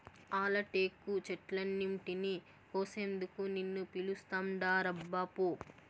ఆల టేకు చెట్లన్నింటినీ కోసేందుకు నిన్ను పిలుస్తాండారబ్బా పో